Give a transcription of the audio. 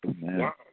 Wow